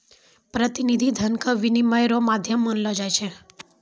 प्रतिनिधि धन के विनिमय रो माध्यम मानलो जाय छै